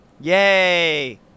Yay